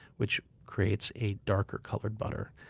which creates a darker colored butter.